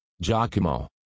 Giacomo